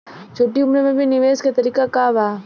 छोटी उम्र में भी निवेश के तरीका क बा?